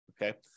okay